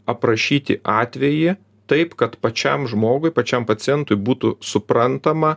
aprašyti atvejį taip kad pačiam žmogui pačiam pacientui būtų suprantama